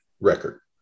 record